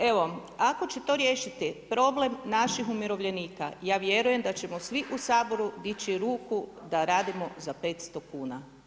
Evo, ako će to riješiti problem naših umirovljenika, ja vjerujem da ćemo svi u Saboru dići ruku da radimo za 500 kuna.